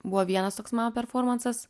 buvo vienas toks mano performansas